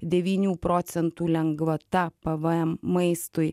devynių procentų lengvata pvm maistui